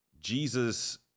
Jesus